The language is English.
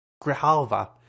Grijalva